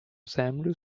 землю